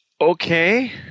Okay